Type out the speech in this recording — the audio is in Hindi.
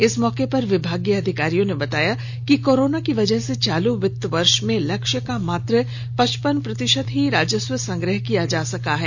इस मौके पर विभागीय अधिकारियों ने बताया कि कोरोना की वजह से चालू वित्तीय वर्ष में लक्ष्य का मात्र पचपन प्रतिशत ही राजस्व संग्रह किया जा सका है